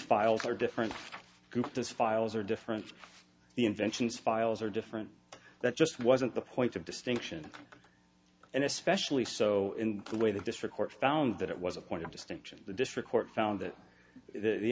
files are different group those files are different inventions files are different that just wasn't the point of distinction and especially so in the way the district court found that it was a point of distinction the district court found that the